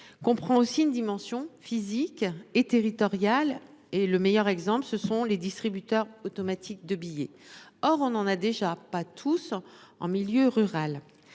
Comprend aussi une dimension physique et territoriale et le meilleur exemple, ce sont les distributeurs automatiques de billets. Or, on en a déjà pas tous en milieu rural.